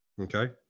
Okay